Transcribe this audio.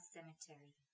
Cemetery